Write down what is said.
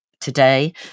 today